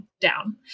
down